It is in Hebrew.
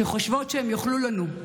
שחושבות שהן יוכלו לנו,